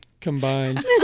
combined